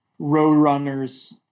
Roadrunners